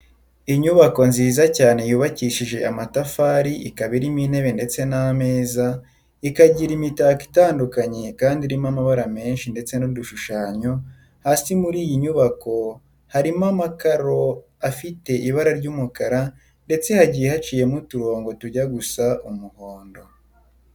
Inyubako nziza cyane yubakishije amatafari ikaba irimo intebe ndetse n'ameza, ikagira imitako itandukanye kandi irimo amabara menshi ndetse n'udushushanyo, hasi muri iyi nyubako harimo amakaro afite ibara ry'umukara ndetse hagiye haciyemo uturongo tujya gusa umuhondo.